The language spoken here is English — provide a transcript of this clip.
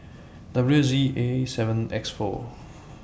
W Z A seven X four